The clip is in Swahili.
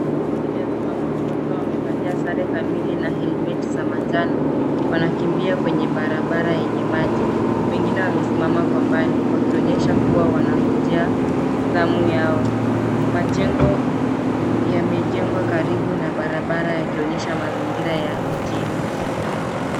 Vikosi vya zimamoto wakiwa wamevalia sare kamili na helmeti za manjano wanakimbia kwenye barabara yenye maji. Wengine wamesimama kwa mbali wakionyesha kuwa wanangojea zamu yao. Majengo yamejengwa karibu na barabara yakionyesha mazingira ya mjini.